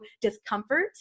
discomfort